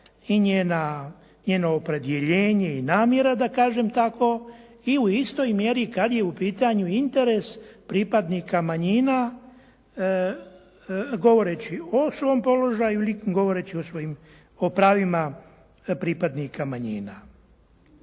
i njeno opredjeljenje i namjera da kažem tako i u istoj mjeri kad je u pitanju interes pripadnika manjina govoreći o svom položaju ili govoreći o pravima pripadnika manjina.